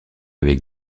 avec